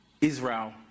Israel